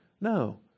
No